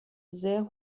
sehr